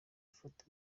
afata